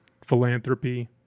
philanthropy